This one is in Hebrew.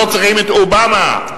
לא צריכים את אובמה.